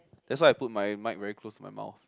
that's why I put my mic very close to my mouth